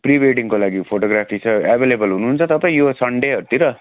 प्रिवेडिङको लागि फोटोग्राफी छ एभाइलेबल हुनुहुन्छ तपाईँ यो सन्डेहरूतिर